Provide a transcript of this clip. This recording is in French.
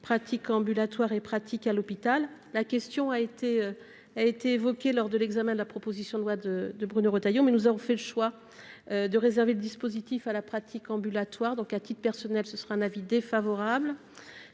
pratique ambulatoire et pratique à l'hôpital. La question a été évoquée lors de l'examen de la proposition de loi de Bruno Retailleau, mais nous avons fait le choix de réserver le dispositif à la pratique ambulatoire. J'émets donc, à titre personnel, un avis défavorable.